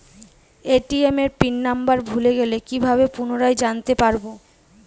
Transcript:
ATM PIN number ভুলে গেলে কি ভাবে পুনরায় জানতে পারবো?